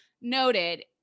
noted